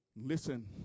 Listen